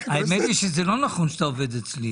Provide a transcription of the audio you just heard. נמנע?